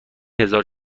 هزار